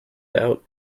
doubt